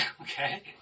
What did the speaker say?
okay